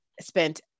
spent